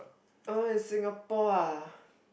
oh in Singapore ah